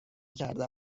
کرده